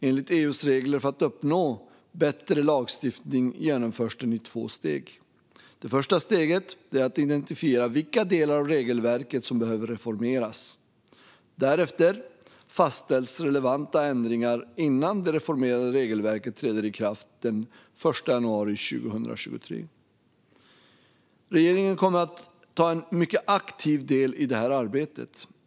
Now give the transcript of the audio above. Enligt EU:s regler för att uppnå bättre lagstiftning genomförs den i två steg. Det första steget är att identifiera vilka delar av regelverket som behöver reformeras. Därefter fastställs relevanta ändringar innan det reformerade regelverket träder i kraft den 1 januari 2023. Regeringen kommer att ta en mycket aktiv del i detta arbete.